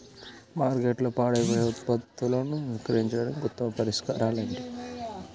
మార్కెట్లో పాడైపోయే ఉత్పత్తులను విక్రయించడానికి ఉత్తమ పరిష్కారాలు ఏమిటి?